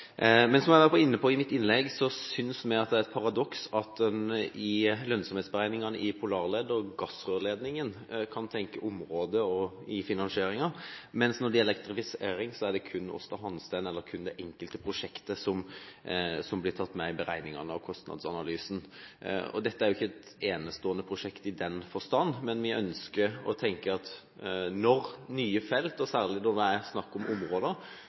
Som jeg var inne på i mitt innlegg, synes vi det er et paradoks at en i lønnsomhetsberegningene og i finansieringen i Polarled og gassrørledningen kan tenke områder, mens når det gjelder elektrifisering, er det kun Aasta Hansteen eller kun det enkelte prosjektet som blir tatt med i beregningene og kostnadsanalysen. Dette er ikke et enestående prosjekt i den forstand, men vi ønsker å tenke at når det gjelder nye felt, og særlig når det er snakk om områder,